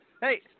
Hey